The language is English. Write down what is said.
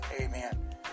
Amen